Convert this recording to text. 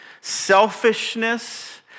selfishness